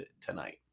tonight